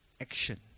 action